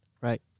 Right